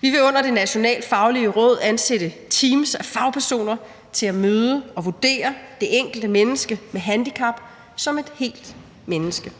Vi vil under det nationale faglige råd ansætte teams af fagpersoner til at møde og vurdere det enkelte menneske med handicap som et helt menneske.